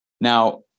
Now